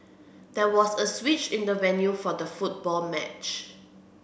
there was a switch in the venue for the football match